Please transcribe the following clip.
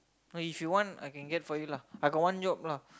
if you want I can get for you lah I got one job lah